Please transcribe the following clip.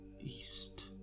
east